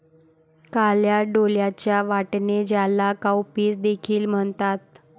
काळ्या डोळ्यांचे वाटाणे, ज्याला काउपीस देखील म्हणतात